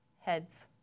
Heads